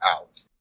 out